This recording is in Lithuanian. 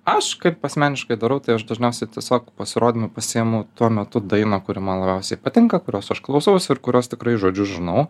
aš kaip asmeniškai darau tai aš dažniausiai tiesiog pasirodymų pasiimu tuo metu dainą kuri man labiausiai patinka kurios aš klausausi ir kurios tikrai žodžiu žinau